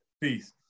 peace